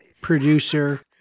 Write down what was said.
producer